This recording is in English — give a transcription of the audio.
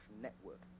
network